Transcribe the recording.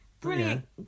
brilliant